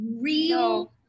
real